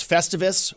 Festivus